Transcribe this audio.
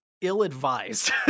ill-advised